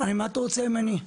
"מה אתה רוצה ממני?